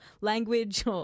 language